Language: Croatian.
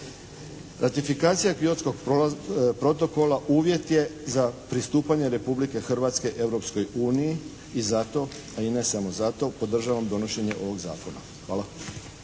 Ratifikacija Kyotskog protokola uvjet je za pristupanje Republike Hrvatske Europskoj uniji i zato, a i ne samo zato podržavam donošenje ovog zakona. Hvala.